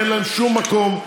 אין להן שום מקום,